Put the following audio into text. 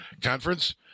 conference